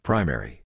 Primary